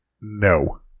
No